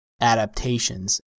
adaptations